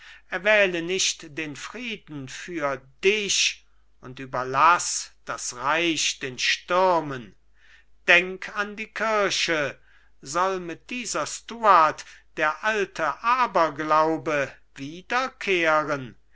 erwähle nicht den frieden für dich und überlaß das reich den stürmen denk an die kirche soll mit dieser stuart der alte aberglaube wiederkehren